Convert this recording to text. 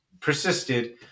persisted